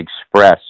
express